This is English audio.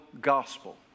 gospel